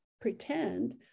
pretend